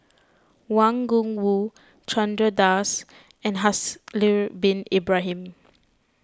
Wang Gungwu Chandra Das and Haslir Bin Ibrahim